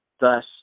thus